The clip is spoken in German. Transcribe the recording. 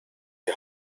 die